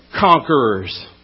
conquerors